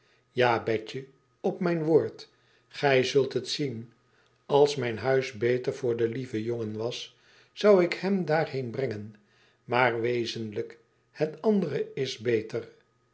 ja betje op mijn woord gij zult het zien als mijn huis beter voor den lieven jongen was zou ik hem daarheen brengen maar wezenlijk het andere is beter